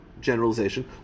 generalization